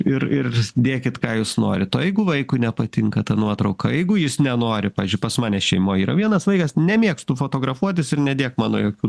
ir ir dėkit ką jūs norit o jeigu vaikui nepatinka ta nuotrauka jeigu jis nenori pavyzdžiui pas mane šeimoj yra vienas vaikas nemėgstu fotografuotis ir nedėk mano jokių